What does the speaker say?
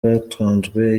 bwatanzwe